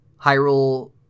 hyrule